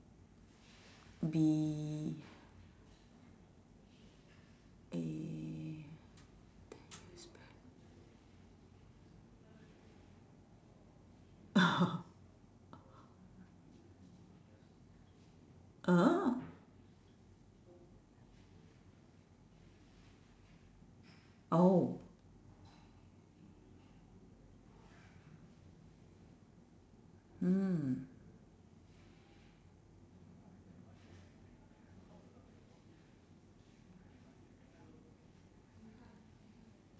be a ten years back